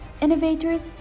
innovators